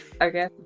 Okay